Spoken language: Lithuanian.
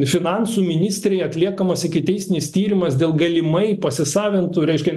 finansų ministrei atliekamas ikiteisminis tyrimas dėl galimai pasisavintų reiškia